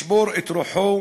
לשבור את רוחו